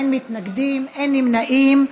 אין מתנגדים, אין נמנעים.